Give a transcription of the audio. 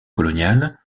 colonial